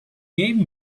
gave